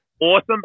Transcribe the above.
Awesome